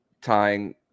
tying